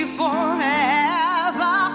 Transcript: forever